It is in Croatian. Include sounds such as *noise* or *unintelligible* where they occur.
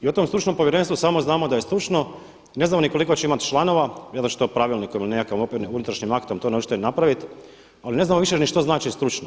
I o tom stručnom povjerenstvu samo znamo da je stručno, ne znamo ni koliko će imati članova, vjerojatno će to pravilnikom ili nekakvim … *unintelligible* unutrašnjim aktom to … *unintelligible* napraviti ali ne znamo više ni što znači stručno.